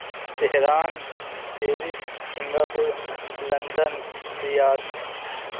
Tehran Paris Singapore London Riyadh